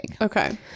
Okay